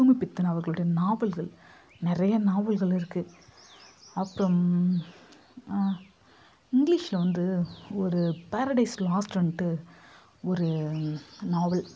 புதுமைபித்தன் அவர்களுடைய நாவல்கள் நிறைய நாவல்கள் இருக்கு அப்புறம் இங்கிலீஷில் வந்து ஒரு பேரடைஸ் லாஸ்ட்டுன்ட்டு ஒரு நாவல்